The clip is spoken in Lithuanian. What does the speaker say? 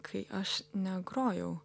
kai aš negrojau